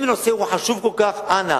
אם נושא הוא חשוב כל כך, אנא.